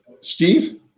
Steve